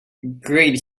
great